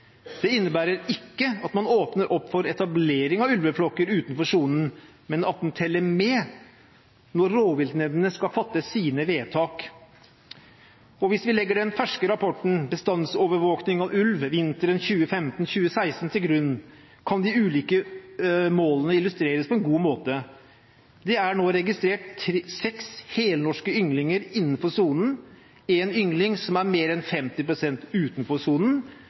Det innebærer ikke at man åpner opp for etablering av ulveflokker utenfor sonen, men at den teller med når rovviltnemdene skal fatte sine vedtak. Hvis vi legger den ferske rapporten «Bestandsovervåking av ulv vinteren 2015–2016» til grunn, kan de ulike målene illustreres på en god måte. Det er nå registrert seks helnorske ynglinger innenfor sonen, en yngling som er mer enn 50 pst. utenfor sonen,